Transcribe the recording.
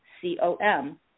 C-O-M